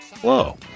Whoa